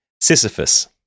Sisyphus